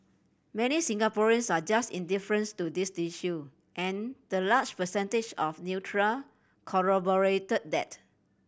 many Singaporeans are just indifferent to this issue and the large percentage of neutral corroborated that